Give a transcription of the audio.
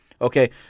okay